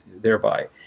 thereby